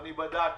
ובדקתי.